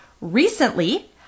recently